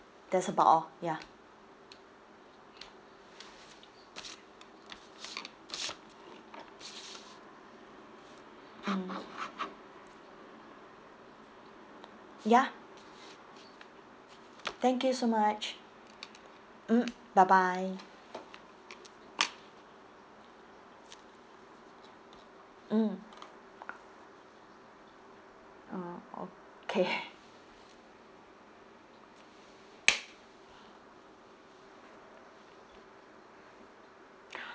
that's about all ya mm ya thank you so much mm bye bye mm oh okay